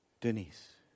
Denise